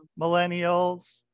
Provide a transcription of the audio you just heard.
millennials